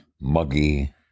muggy